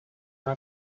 una